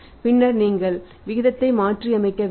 பின்னர் நீங்கள் விகிதத்தை மாற்றியமைக்க வேண்டும்